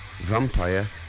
Vampire